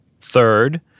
Third